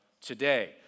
today